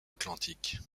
atlantique